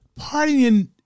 partying